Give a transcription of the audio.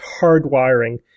hardwiring